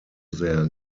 their